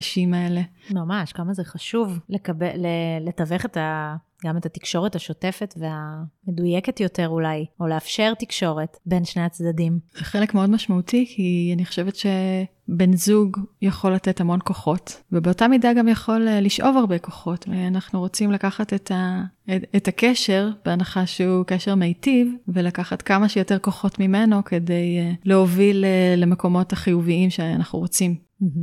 האנשים האלה. ממש, כמה זה חשוב לתווך גם את התקשורת השוטפת והמדויקת יותר אולי, או לאפשר תקשורת בין שני הצדדים. זה חלק מאוד משמעותי, כי אני חושבת שבן זוג יכול לתת המון כוחות, ובאותה מידה גם יכול לשאוב הרבה כוחות, ואנחנו רוצים לקחת את הקשר, בהנחה שהוא קשר מיטיב, ולקחת כמה שיותר כוחות ממנו כדי להוביל למקומות החיוביים שאנחנו רוצים.